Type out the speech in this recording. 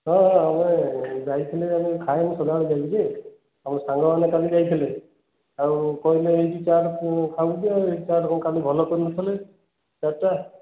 ହଁ ହଁ ଆମେ ଯାଇଥିଲେ ଜଣେ ଖାଏ ମୁଁ ସବୁବେଳେ ଯାଇକି ଯେ ଆମ ସାଙ୍ଗମାନେ କାଲି ଯାଇଥିଲେ ଆଉ କହିଲେ ଏଇଠି ଚାଟ୍ ଖାଉଛନ୍ତି ଆଉ ଏଇଠି ଚାଟ୍ କ'ଣ କାଲି ଭଲ କରିନଥିଲେ ଚାଟ୍ଟା